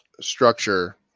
structure